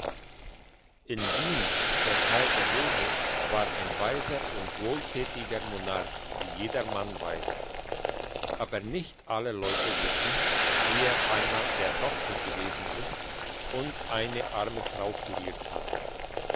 in wien der kaiser joseph war ein weiser und wohltätiger monarch wie jedermann weiss aber nicht alle leute wissen wie er einmal der doktor gewesen ist und eine arme frau kuriert hat